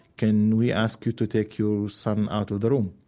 can we ask you to take your son out of the room?